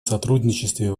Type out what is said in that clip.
сотрудничестве